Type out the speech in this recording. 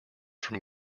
from